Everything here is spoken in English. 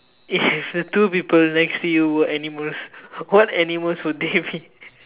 if the two people next to you were animals what animals would they be